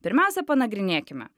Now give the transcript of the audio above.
pirmiausia panagrinėkime